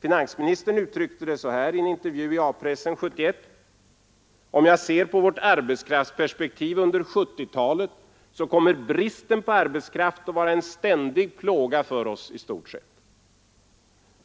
Finansministern uttryckte det så här i en intervju i A-pressen 1971:”Om jag ser på vårt arbetskraftsperspektiv under 70-talet så kommer bristen på arbetskraft att vara en ständig plåga för oss — i stort sett.”